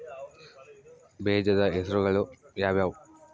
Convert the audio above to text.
ಬೇಜದ ಹೆಸರುಗಳು ಯಾವ್ಯಾವು?